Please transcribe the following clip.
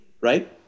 Right